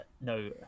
No